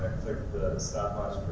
click the stopwatch